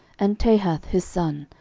and tahath his son,